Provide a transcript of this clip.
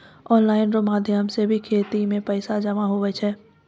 online रो माध्यम से भी खाता मे पैसा जमा हुवै पारै